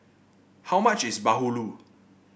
how much is bahulu